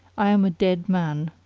i am a dead man.